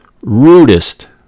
rudest